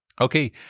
Okay